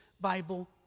Bible